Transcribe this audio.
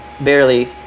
barely